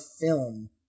film